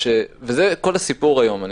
כל הסיפור היום.